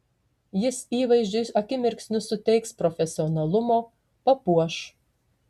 jis įvaizdžiui akimirksniu suteiks profesionalumo papuoš